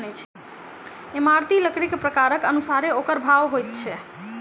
इमारती लकड़ीक प्रकारक अनुसारेँ ओकर भाव होइत छै